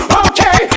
okay